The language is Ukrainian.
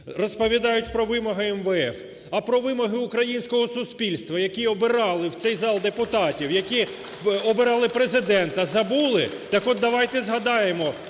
Розповідають про вимоги МВФ. А про вимоги українського суспільства, які обирали в цей зал депутатів, які обирали Президента, забули? Так от давайте згадаємо